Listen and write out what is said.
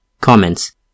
Comments